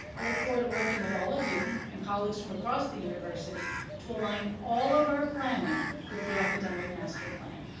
i look forward to working with all of you and colleagues from across the university to align all of our planning with the academic master plan.